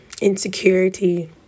insecurity